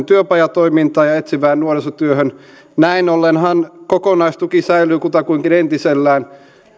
työpajatoimintaan ja etsivään nuorisotyöhön näin ollenhan kokonaistuki säilyy kutakuinkin entisellään